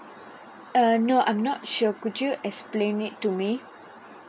uh no I'm not sure could you explain it to me